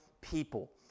people